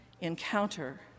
encounter